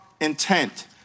intent